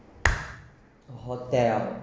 hotel